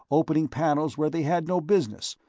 opening panels where they had no business,